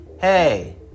Hey